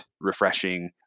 refreshing